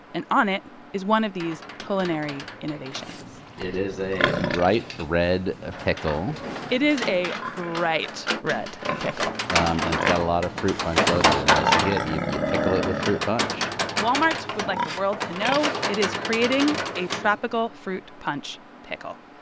and on it is one of these culinary innovations it is a bright red pickle it is a bright red pickle um and it's got a lot of fruit punch loaded in. as you get you you pickle it with fruit punch walmart would like the world to know it is creating a tropical fruit punch pickle.